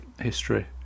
history